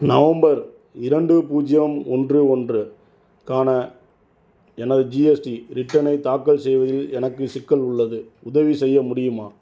November இரண்டு பூஜ்ஜியம் ஒன்று ஒன்றுக்கான எனது ஜிஎஸ்டி ரிட்டர்னை தாக்கல் செய்வதில் எனக்கு சிக்கல் உள்ளது உதவி செய்ய முடியுமா